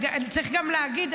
צריך גם להגיד,